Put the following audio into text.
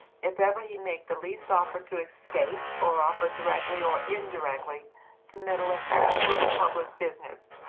if ever he make the least offer to escape, or offer directly or indirectly to meddle in any sort of public business,